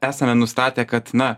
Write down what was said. esame nustatę kad na